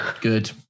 Good